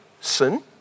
sin